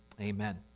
amen